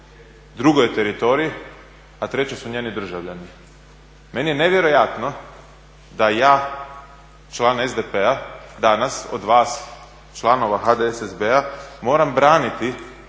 drugo je teritorij, a treće su njeni državljani. Meni je nevjerojatno da ja član SDP-a danas od vas članova HDSSB-a moram braniti